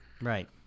Right